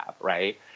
right